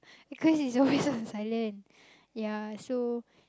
because it's always on silent ya so